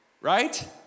Right